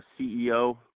CEO